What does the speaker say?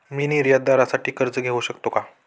मी निर्यातदारासाठी कर्ज घेऊ शकतो का?